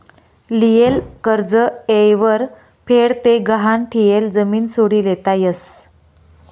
लियेल कर्ज येयवर फेड ते गहाण ठियेल जमीन सोडी लेता यस